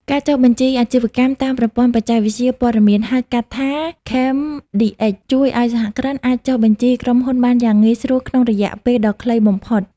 ការចុះបញ្ជីអាជីវកម្មតាមប្រព័ន្ធបច្ចេកវិទ្យាព័ត៌មាន (ហៅកាត់ថា CamDX) ជួយឱ្យសហគ្រិនអាចចុះបញ្ជីក្រុមហ៊ុនបានយ៉ាងងាយស្រួលក្នុងរយៈពេលដ៏ខ្លីបំផុត។